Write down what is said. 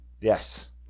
Yes